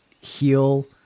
heal